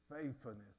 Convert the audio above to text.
faithfulness